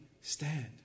stand